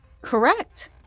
Correct